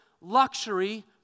luxury